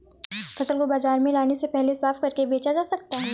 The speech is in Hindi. फसल को बाजार में लाने से पहले साफ करके बेचा जा सकता है?